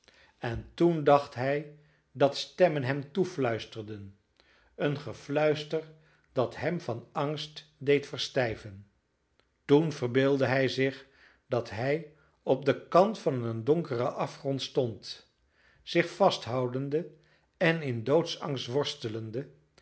halen en toen dacht hij dat stemmen hem toefluisterden een gefluister dat hem van angst deed verstijven toen verbeeldde hij zich dat hij op den kant van een donkeren afgrond stond zich vasthoudende en in doodsangst worstelende